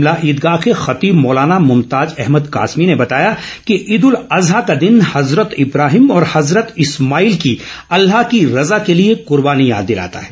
शिमला ईदगाह के खतीब मौलाना मुमताज अहमद कासमी ने बताया कि ईद उल अज्हा का दिन हजरत इब्राहिम और हजरत इस्माईल की अल्लाह की रजा के लिए कुर्बानी याद दिलाता है